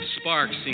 sparks